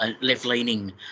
left-leaning